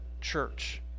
church